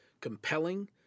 compelling